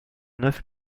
neuf